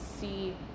see